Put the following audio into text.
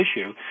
issue